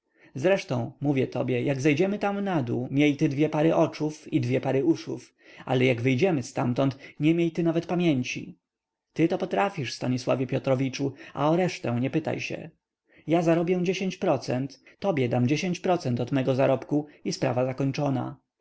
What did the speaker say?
zresztą mówię tobie jak zejdziemy tam nadół miej ty dwie pary oczów i dwie pary uszów ale jak wyjdziemy ztamtąd nie miej ty nawet pamięci ty to potrafisz stanisławie piotrowiczu a o resztę nie pytaj się ja zarobię dziesięć procent tobie dam dziesięć procent od mego zarobku i sprawa skończona